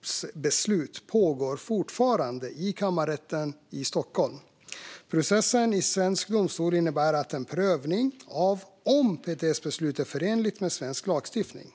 PTS, beslut pågår fortfarande i Kammarrätten i Stockholm. Processen i svensk domstol innebär en prövning av om PTS beslut är förenligt med svensk lagstiftning.